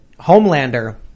Homelander